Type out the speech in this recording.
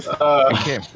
Okay